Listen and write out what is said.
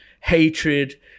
hatred